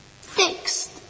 fixed